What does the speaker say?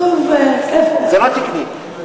זה לא תקני.